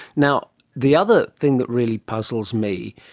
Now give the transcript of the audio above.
now, the other thing that really puzzles me,